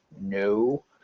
no